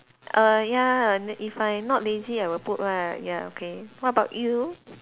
err ya lah if I not lazy I will put lah ya okay what about you